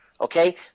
okay